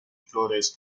flores